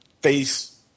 face